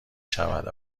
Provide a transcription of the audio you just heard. شود